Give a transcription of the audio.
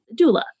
doula